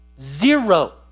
Zero